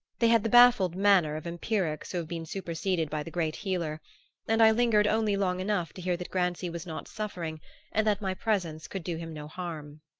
they had the baffled manner of empirics who have been superseded by the great healer and i lingered only long enough to hear that grancy was not suffering and that my presence could do him no harm.